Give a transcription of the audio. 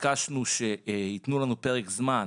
ביקשנו שיתנו לנו פרק זמן,